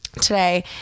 today